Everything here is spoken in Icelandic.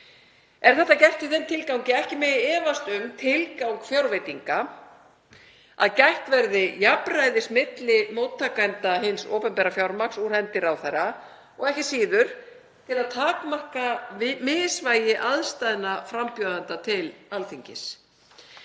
Er þetta gert í þeim tilgangi að ekki megi efast um tilgang fjárveitinga, að gætt verði jafnræðis milli móttakenda hins opinbera fjármagns úr hendi ráðherra og ekki síður til að takmarka misvægi aðstæðna frambjóðenda til Alþingis.